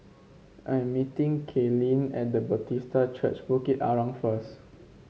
I am meeting Kaylyn at Bethesda Church Bukit Arang first